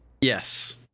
Yes